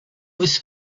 was